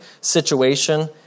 situation